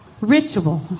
Ritual